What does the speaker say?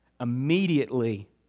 Immediately